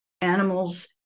animals